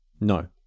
No